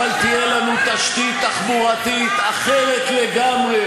אבל תהיה לנו תשתית תחבורתית אחרת לגמרי